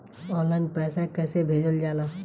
Online पैसा कैसे भेजल जाला?